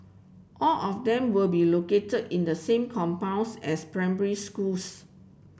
all of them will be located in the same compounds as primary schools